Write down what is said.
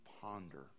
ponder